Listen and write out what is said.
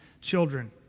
children